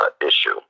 issue